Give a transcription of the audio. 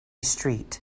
street